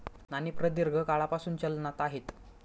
नाणी प्रदीर्घ काळापासून चलनात आहेत